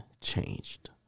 changed